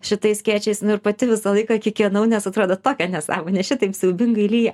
šitais skėčiais ir pati visą laiką kikenau nes atrodo tokia nesąmonė šitaip siaubingai lyja